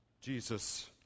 Jesus